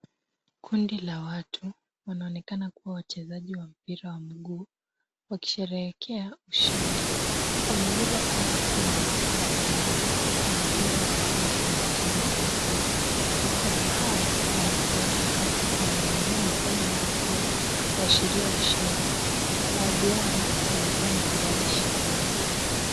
Kundi la watu wanaonekana kuwa wachezaji wa mpira wa miguu wakisherekea ushindi. Wamebeba kombe kubwa la dhahabu na mpira wa mguu wa manjano na blue .Watu hao wanafuraha na wanainua mikono yao juu kuashiria ushindi. Baadhi yao wamevaa medali shingoni.